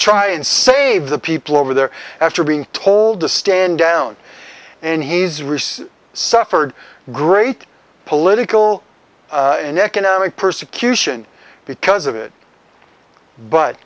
try and save the people over there after being told to stand down and he's recently suffered great political and economic persecution because of it but